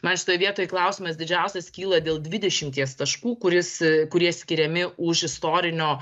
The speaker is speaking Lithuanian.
man šitoj vietoj klausimas didžiausias kyla dėl dvidešimties taškų kuris kurie skiriami už istorinio